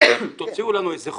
אם תוציאו לנו חומר